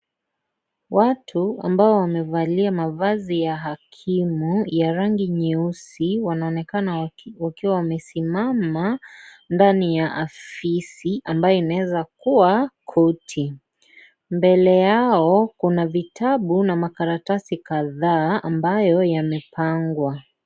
Watu ambao wamevalia mavazi ya hakimu ya rangi nyeusi, wanaonekana wakiwa wamesimama ndani ya afisi ambayo inaweza kuwa koti. Mbele yao kuna vitabu na makaratasi kadhaa ambayo yamepangwa.